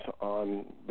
on